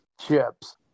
chips